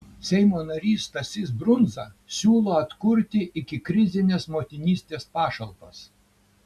seimo narys stasys brundza siūlo atkurti ikikrizines motinystės pašalpas